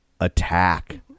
attack